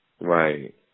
Right